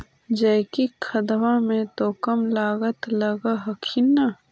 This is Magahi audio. जैकिक खदबा मे तो कम लागत लग हखिन न?